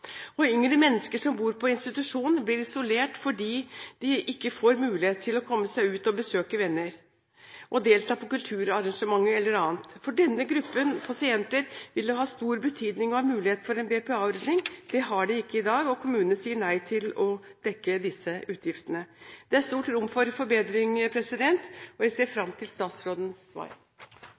omsorgstjenester. Yngre mennesker som bor på institusjon, blir isolert fordi de ikke får mulighet til å komme seg ut, besøke venner, delta på kulturarrangementer eller annet. For denne gruppen pasienter vil det ha stor betydning å ha mulighet for en BPA-ordning. Det har de ikke i dag, og kommunene sier nei til å dekke disse utgiftene. Det er stort rom for forbedring, og jeg ser fram til statsrådens svar.